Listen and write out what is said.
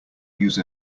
use